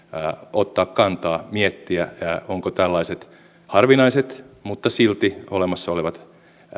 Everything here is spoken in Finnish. ottaa kantaa miettiä ovatko tällaiset harvinaiset mutta silti olemassa olevat